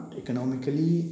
economically